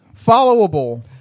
followable